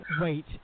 Wait